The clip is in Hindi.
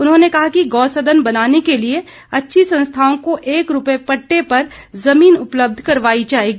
उन्होंने कहा कि गौसदन बनाने के लिए अच्छी संस्थाओं को एक रूपए पट्टे पर ज़मीन उपलब्ध करवाई जाएगी